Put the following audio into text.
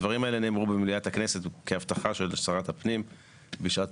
הדברים האלה נאמרו במליאת הכנסת כהבטחה של שרת הפנים בשעתו.